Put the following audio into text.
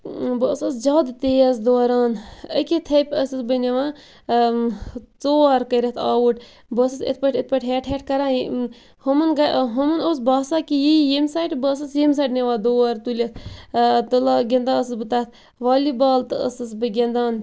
بہٕ ٲسٕس زیادٕ تیز دوران اَکی تھپۍ ٲسٕس بہٕ نِوان ژور کٔرِتھ آوُٹ بہٕ ٲسٕس اِتھ پٲٹھۍ اِتھ پٲٹھۍ ہیٚٹھ ہیٚٹھ کَران ہُمَن اوس باسان کہِ یہِ یِیہِ ییٚمہِ سایڈِ بہٕ ٲسٕس ییٚمہِ سایڈِ نِوان دور تُلِتھ تہٕ لا گِندان ٲسٕس بہٕ تتھ والی بال تہٕ ٲسٕس بہٕ گِنٛدان